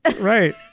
Right